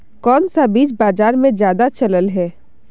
कोन सा बीज बाजार में ज्यादा चलल है?